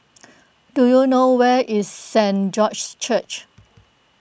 do you know where is Saint George's Church